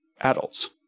adults